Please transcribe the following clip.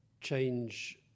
change